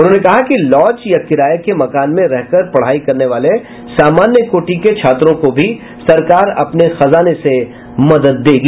उन्होंने कहा कि लॉज या किराये के मकान में रह कर पढ़ाई करने वाले सामान्य कोटि के छात्रों को भी सरकार अपने खजाने से मदद करेगी